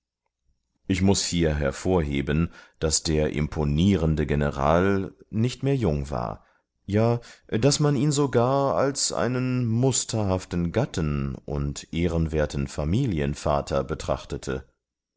ich muß hier hervorheben daß der imponierende general nicht mehr jung war ja daß man ihn sogar als einen musterhaften gatten und ehrenwerten familienvater betrachtete